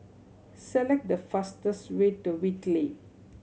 select the fastest way to Whitley